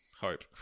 hope